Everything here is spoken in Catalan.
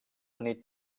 tenir